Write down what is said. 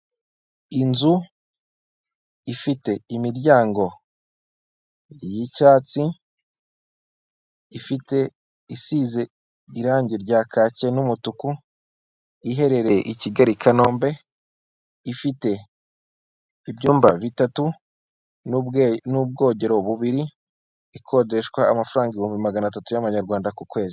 Inzu ifitye imiryango y'icyatsi, ifite isize irange rya kake n'umutuku, iherereye i Kigali Kanombe, ifite ibyumba bitatu n'ubwogero bubiri, ikodeshwa amafaranga ibihumbi magana atatu y'amanyarwanda ku kwezi.